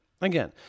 Again